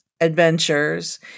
adventures